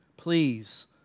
Please